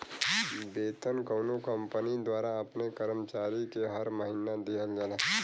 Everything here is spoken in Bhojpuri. वेतन कउनो कंपनी द्वारा अपने कर्मचारी के हर महीना दिहल जाला